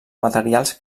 materials